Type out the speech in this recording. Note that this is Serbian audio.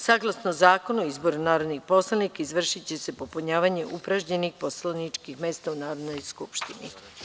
Saglasno Zakonu o izboru narodnih poslanika, izvršiće se popunjavanje upražnjenih poslaničkih mesta u Narodnoj skupštini.